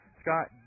Scott